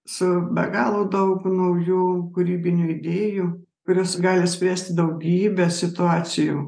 su be galo daug naujų kūrybinių idėjų kuris gali spręsti daugybę situacijų